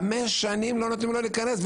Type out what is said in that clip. חמש שנים לא נותנים לו להיכנס,